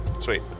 sweet